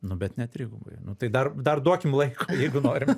nu bet ne trigubai nu tai dar dar duokim laiko jeigu norim